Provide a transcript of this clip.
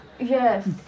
Yes